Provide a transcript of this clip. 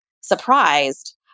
surprised